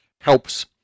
helps